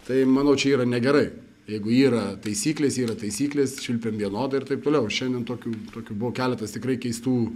tai manau čia yra negerai jeigu yra taisyklės yra taisyklės švilpiam vienodai ir taip toliau šiandien tokių tokių buvo keletas tikrai keistų